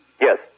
Yes